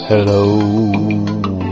Hello